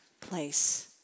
place